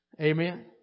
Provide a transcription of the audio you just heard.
Amen